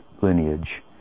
lineage